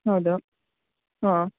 ಹೌದು ಹಾಂ